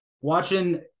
watching